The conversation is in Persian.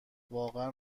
واقعا